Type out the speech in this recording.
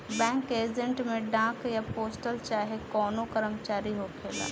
bank के agent में डाक या पोस्टल चाहे कवनो कर्मचारी होखेला